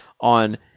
on